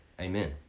Amen